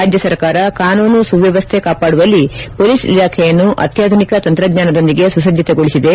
ರಾಜ್ಯ ಸರ್ಕಾರ ಕಾನೂನು ಸುವ್ಯವಸ್ಥೆ ಕಾಪಾದುವಲ್ಲಿ ಪೊಲೀಸ್ ಇಲಾಖೆಯನ್ನು ಅತ್ಯಾಧುನಿಕ ತಂತ್ರಜ್ಞಾನದೊಂದಿಗೆ ಸುಸಜ್ಜಿತಗೊಳಿಸಿದೆ